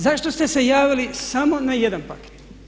Zašto ste se javili samo na jedan paket?